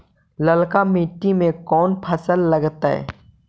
ललका मट्टी में कोन फ़सल लगतै?